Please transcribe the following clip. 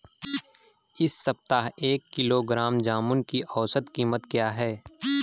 इस सप्ताह एक किलोग्राम जामुन की औसत कीमत क्या है?